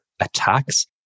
attacks